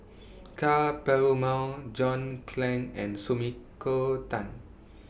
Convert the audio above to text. Ka Perumal John Clang and Sumiko Tan